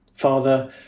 Father